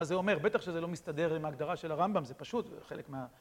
אז זה אומר, בטח שזה לא מסתדר עם ההגדרה של הרמב״ם, זה פשוט, זה חלק מה...